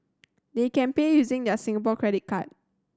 they can pay using their Singapore credit card